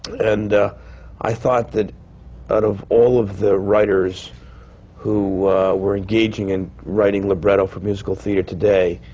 and i thought that out of all of the writers who were engaging in writing librettos for musical theatre today,